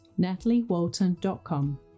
nataliewalton.com